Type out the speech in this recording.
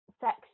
sex